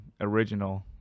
original